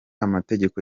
amategeko